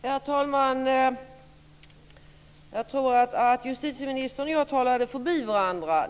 Herr talman! Jag tror att justitieministern och jag talade förbi varandra.